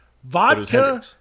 Vodka